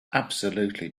absolutely